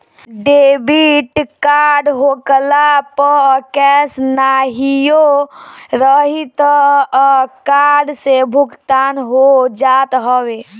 debit card होखला पअ cash नाहियो रही तअ कार्ड से भुगतान हो जात हवे